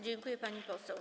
Dziękuję, pani poseł.